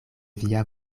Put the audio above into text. via